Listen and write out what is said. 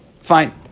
Fine